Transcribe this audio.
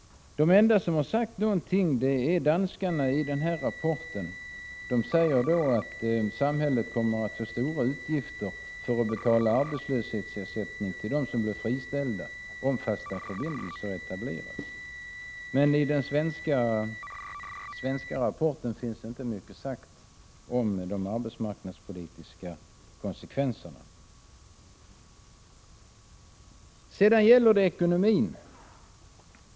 De enda som säger någonting är danskarna, som i sin rapport skriver att samhället får stora utgifter för att betala arbetslöshetsersättning för dem som blir friställda om fasta förbindelser etableras. I den svenska rapporten finns inte mycket sagt om de arbetsmarknadspolitiska konsekvenserna. Sedan till ekonomin.